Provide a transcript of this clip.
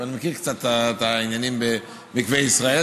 אני מכיר קצת את העניינים במקווה ישראל,